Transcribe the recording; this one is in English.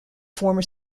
former